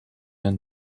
and